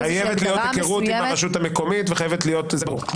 חייבת להיות היכרות עם הרשות המקומית, זה ברור.